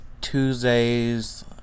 Tuesdays